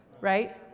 Right